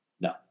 No